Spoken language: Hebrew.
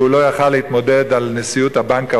לא יכול היה להתמודד על נשיאות הבנק העולמי.